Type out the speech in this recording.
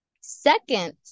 Second